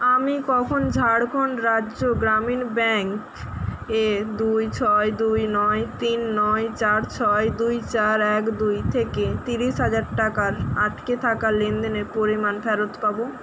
আমি কখন ঝাড়খণ্ড রাজ্য গ্রামীণ ব্যাঙ্ক এ দুই ছয় দুই নয় তিন নয় চার ছয় দুই চার এক দুই থেকে তিরিশ হাজার টাকার আটকে থাকা লেনদেনের পরিমাণ ফেরত পাবো